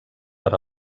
per